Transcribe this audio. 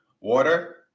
water